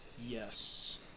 yes